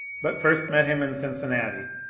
but first met him in cincinnati,